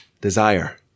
desire